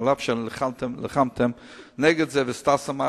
אף-על-פי שנלחמתם נגד זה וידידי